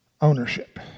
ownership